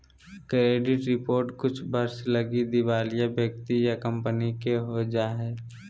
credit report कुछ वर्ष लगी दिवालिया व्यक्ति या कंपनी के हो जा हइ